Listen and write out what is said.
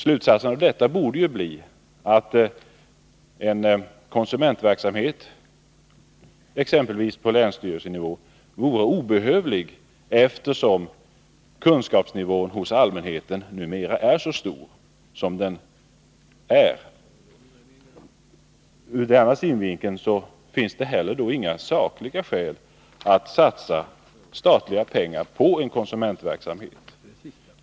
Slutsatsen av detta borde bli att en konsumentverksamhet, exempelvis på länsstyrelsenivå, vore obehövlig, eftersom kunskaps nivån hos allmänheten numera är så stor som den är. Ur den andra synvinkeln finns det heller inga sakliga skäl att satsa statliga pengar på en konsumentverksamhet.